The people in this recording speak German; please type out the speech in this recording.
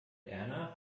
erna